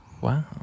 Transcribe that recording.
Wow